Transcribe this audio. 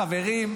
חברים,